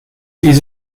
dies